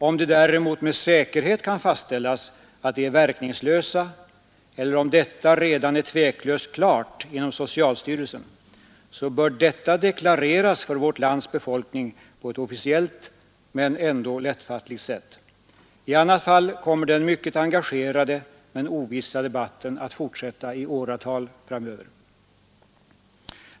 Om det däremot med säkerhet kan fastställas att de är verkningslösa — eller om detta redan är tveklöst klart inom socialstyrelsen — så bör detta deklareras för vårt lands befolkning på ett officiellt men ändå lättfattligt sätt. I annat fall kommer den mycket engagerade men ovissa debatten att fortsätta i åratal framåt.